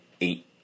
eight